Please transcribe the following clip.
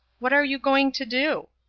what are you going to do?